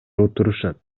отурушат